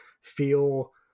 feel